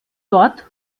dort